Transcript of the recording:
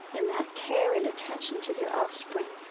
in that care and attention to their offspring,